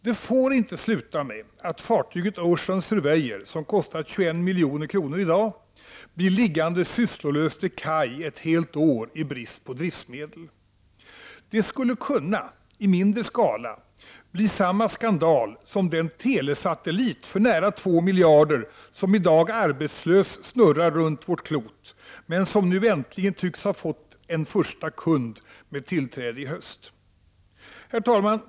Det får inte sluta med att fartyget S/V Ocean Surveyor, som kostat 21 milj.kr., i brist på driftsmedel blir liggande sysslolöst vid kaj ett helt år. Det skulle — i mindre skala — kunna bli samma skandal som med den telesatellit för nära 2 miljarder som i dag arbetslös snurrar runt vårt klot men som nu äntligen tycks ha fått en första kund som tillträder i höst. Herr talman!